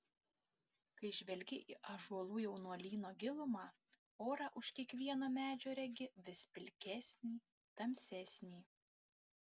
kai žvelgi į ąžuolų jaunuolyno gilumą orą už kiekvieno medžio regi vis pilkesnį tamsesnį